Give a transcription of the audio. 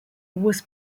was